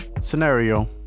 Scenario